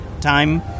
time